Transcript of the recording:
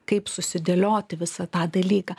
kaip susidėlioti visą tą dalyką